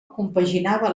compaginava